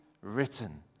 written